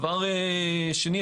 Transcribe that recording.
דבר שני,